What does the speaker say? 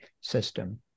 system